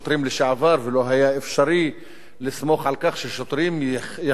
ולא היה אפשרי לסמוך על כך ששוטרים יחקרו שוטרים,